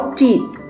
teeth